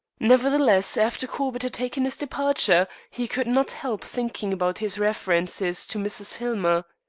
nevertheless, after corbett had taken his departure he could not help thinking about his references to mrs. hillmer.